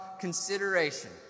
consideration